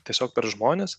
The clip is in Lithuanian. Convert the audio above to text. tiesiog per žmones